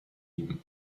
ihm